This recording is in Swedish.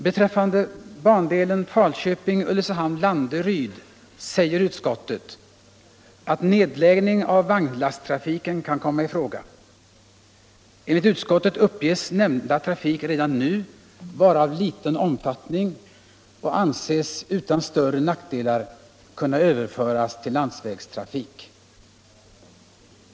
Beträffande bandelen Falköping-Ulricehamn-Landeryd säger utskottet, att nedläggning av vagnslasttrafiken kan komma i fråga. Enligt utskottet uppges nämnda trafik redan nu vara av liten omfattning och anses utan större nackdelar kunna överföras till landsvägstrafik.